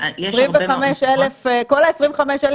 יש הרבה מקומות --- כל ה-25,000